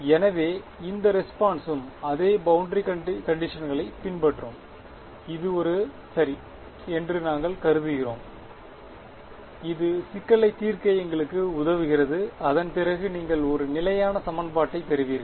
எனவே இந்த ரெஸ்பான்ஸும் அதே பௌண்டரி கண்டிஷன்களை பின்பற்றும் இது ஒரு சரி என்று நாங்கள் கருதுகிறோம் இது சிக்கலைத் தீர்க்க எங்களுக்கு உதவுகிறது அதன்பிறகு நீங்கள் ஒரு நிலையான சமன்பாட்டைப் பெறுவீர்கள்